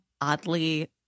oddly